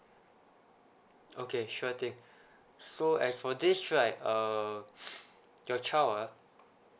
okay sure thing so as for this right uh your child ah